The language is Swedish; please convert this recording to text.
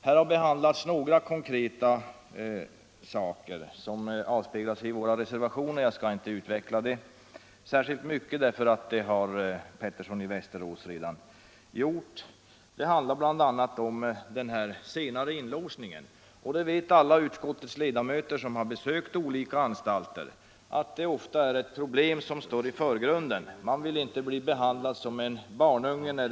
Här har behandlats några konkreta frågor som avspeglar sig i våra reservationer. Jag skall inte utveckla dem så mycket, ty det har herr Pettersson i Västerås redan gjort. Det handlar bl.a. om den senare inlåsningen. Alla utskottets ledamöter som har besökt olika anstalter vet att den ofta är det problem som står i förgrunden. Vuxna människor vill inte bli behandlade som barnungar.